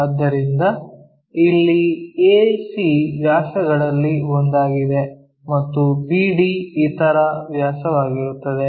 ಆದ್ದರಿಂದ ಇಲ್ಲಿ ac ವ್ಯಾಸಗಳಲ್ಲಿ ಒಂದಾಗಿದೆ ಮತ್ತು bd ಇತರ ವ್ಯಾಸವಾಗಿರುತ್ತದೆ